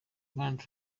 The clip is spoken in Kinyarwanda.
rwanda